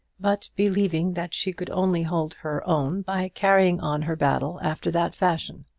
but believing that she could only hold her own by carrying on her battle after that fashion.